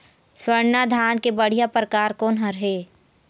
स्वर्णा धान के बढ़िया परकार कोन हर ये?